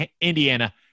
indiana